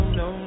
no